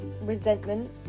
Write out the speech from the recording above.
resentment